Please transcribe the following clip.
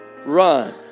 Run